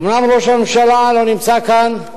אומנם ראש הממשלה לא נמצא כאן,